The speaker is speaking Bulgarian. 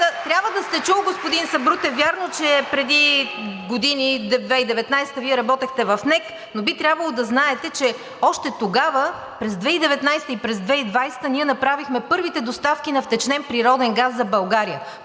трябва да сте чул, господин Сабрутев – вярно, че преди години – 2019 г., Вие работехте в НЕК, но би трябвало да знаете, че още тогава – през 2019 г., и през 2020 г. ние направихме първите доставки на втечнен природен газ за България.